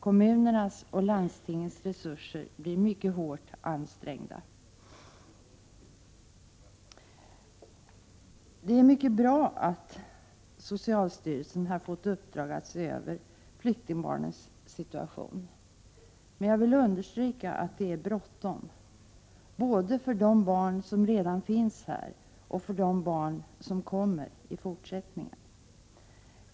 Kommunernas och landstingens resurser blir mycket hårt ansträngda. Det är mycket bra att socialstyrelsen har fått i uppdrag att se över flyktingbarnens situation. Men jag vill understryka att det är bråttom, både för de barn som redan finns här och för de barn som kommer i fortsättningen.